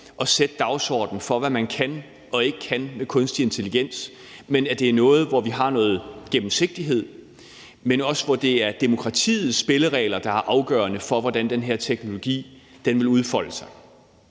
at sætte dagsordenen for, hvad man kan og ikke kan med kunstig intelligens, men at det er noget, hvor vi har noget gennemsigtighed, og også noget, hvor det er demokratiets spilleregler, der er afgørende for, hvordan den her teknologi vil udfolde sig.